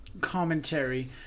commentary